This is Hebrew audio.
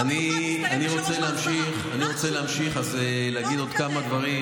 אני רוצה להמשיך ולהגיד עוד כמה דברים,